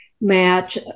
match